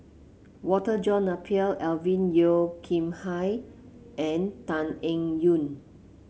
Walter John Napier Alvin Yeo Khirn Hai and Tan Eng Yoon